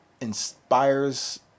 inspires